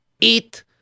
Eat